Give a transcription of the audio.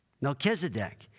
Melchizedek